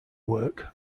work